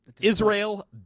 Israel